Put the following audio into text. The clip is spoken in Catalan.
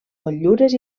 motllures